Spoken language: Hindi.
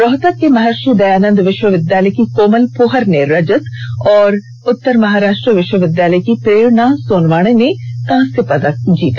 रोहतक के महर्षि दयानन्द विश्वविद्यालय की कोमल पोहर ने रजत और उत्तर महाराष्ट्र विश्वविद्यालय की प्रेरणा सोनवाने ने कांस्य पदक जीता